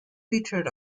featured